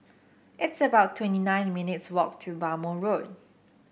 it's about twenty nine minutes' walk to Bhamo Road